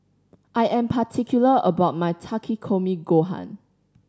I am particular about my Takikomi Gohan